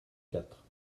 quatre